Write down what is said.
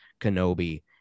Kenobi